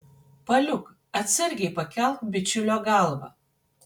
paliuk atsargiai pakelk bičiulio galvą